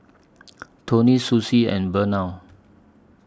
Toni Susie and Vernal